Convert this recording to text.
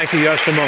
like yascha yeah